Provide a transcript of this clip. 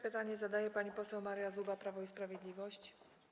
Pytanie zadaje pani poseł Maria Zuba, Prawo i Sprawiedliwość.